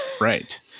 Right